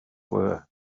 were